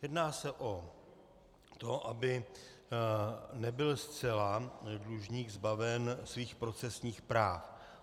Jedná se o to, aby nebyl zcela dlužník zbaven svých procesních práv.